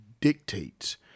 dictates